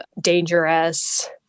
dangerous